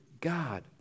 God